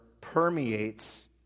permeates